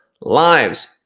lives